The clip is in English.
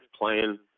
playing